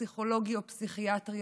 פסיכולוגי או פסיכיאטרי,